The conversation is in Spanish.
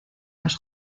las